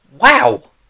Wow